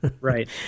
Right